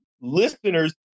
listeners